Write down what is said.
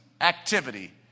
activity